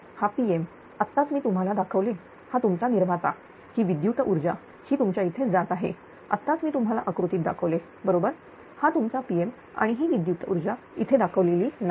हा Pmआत्ताच मी तुम्हाला दाखवले हा तुमचा निर्माता ही विद्युत ऊर्जा ही तुमच्या इथे जात आहे आत्ताच मी तुम्हाला आकृतीत दाखवले बरोबर हा तुमचाPm आणि ही विद्युत ऊर्जा इथे दाखवलेली नाही